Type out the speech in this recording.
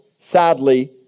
sadly